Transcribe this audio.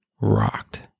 rocked